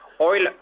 Oil